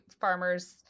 farmers